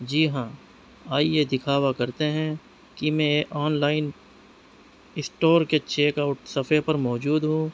جی ہاں آئیے دکھاوا کرتے ہیں کہ میں آن لائن اسٹور کے چیک آؤٹ صفحہ پر موجود ہوں